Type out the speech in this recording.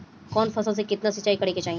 कवन फसल में केतना सिंचाई करेके चाही?